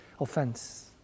offense